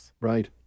right